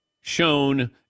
shown